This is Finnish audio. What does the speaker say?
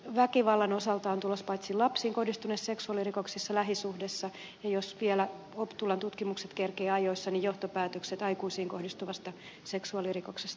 väkivallan osalta on tulossa muutoksia paitsi lapsiin kohdistuneista seksuaalirikoksista lähisuhteessa ja jos vielä optulan tutkimukset kerkiävät ajoissa johtopäätökset aikuisiin kohdistuvista seksuaalirikoksista